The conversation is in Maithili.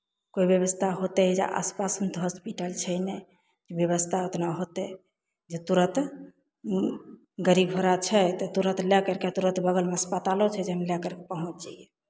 कोइ व्यवस्था होतै जे आस पासमे तऽ हॉस्पिटल छै नहि जे व्यवस्था उतना होतै जे तुरन्त गाड़ी घोड़ा छै तऽ तुरन्त लए करि कऽ तुरन्त बगलमे अस्पतालो छै जाहिमे लए कर पहुँच जइयै